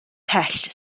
pell